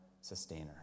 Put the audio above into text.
sustainer